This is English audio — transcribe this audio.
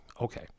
Okay